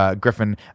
Griffin